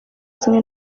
zimwe